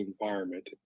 environment